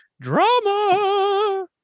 drama